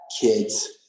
kids